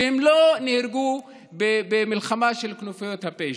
שהם לא נהרגו במלחמה של כנופיות הפשע.